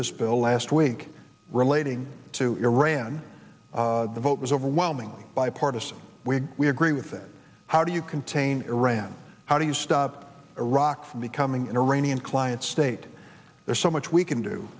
this bill last week relating to iran the vote was overwhelmingly bipartisan we agree with it how do you contain iran how do you stop iraq from becoming an iranian client state there's so much we can do